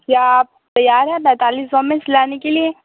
क्या आप तैयार हैं पैंतालिस सौ में सिलाने के लिए